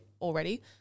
already